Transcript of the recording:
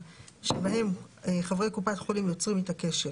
שבהם חברי קופת חולים יוצרים איתה קשר,